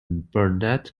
burnett